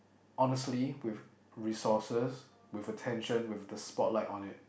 honestly with resources with attention with the spot light on it